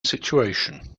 situation